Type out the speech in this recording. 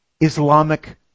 Islamic